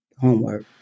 homework